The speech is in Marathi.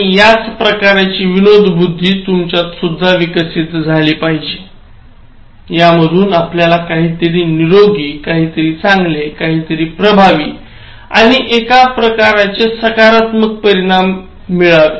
आणि याच प्रकारची विनोदबुद्धी तुमच्यात सुद्धा विकसित झाली पाहिजे यामधून आपल्याला काहीतरी निरोगी काहीतरी चांगले काहीतरी प्रभावी आणि एक प्रकारचे सकारात्मक परिणाम मिळवा